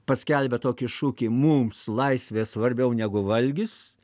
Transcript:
paskelbia tokį šūkį mums laisvė svarbiau negu valgis